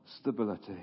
stability